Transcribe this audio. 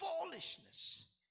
foolishness